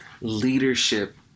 leadership